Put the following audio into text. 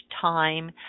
time